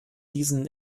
diesen